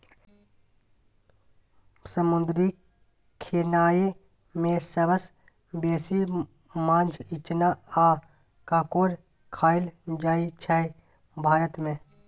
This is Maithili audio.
समुद्री खेनाए मे सबसँ बेसी माछ, इचना आ काँकोर खाएल जाइ छै भारत मे